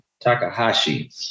Takahashi